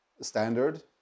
standard